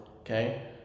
Okay